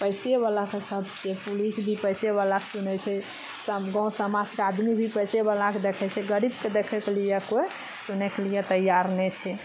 पैसे बलाके सब छै पुलिस भी पैसे बला के सुनय छै गाँव समाजके आदमी भी पैसे बलाके देखय छै गरीबके देखयके लिए कोइ सुनयके लिए तैयार नै छै